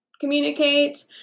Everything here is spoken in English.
communicate